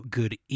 good